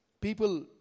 people